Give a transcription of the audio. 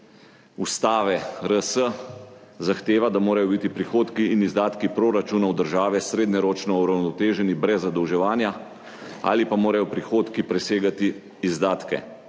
Ustave RS zahteva, da morajo biti prihodki in izdatki proračunov države srednjeročno uravnoteženi brez zadolževanja ali pa morajo prihodki presegati izdatke.